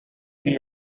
three